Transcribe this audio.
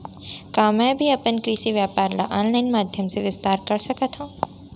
का मैं भी अपन कृषि व्यापार ल ऑनलाइन माधयम से विस्तार कर सकत हो?